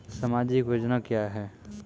समाजिक योजना क्या हैं?